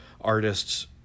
artists